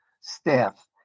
staff